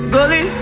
Gully